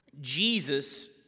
Jesus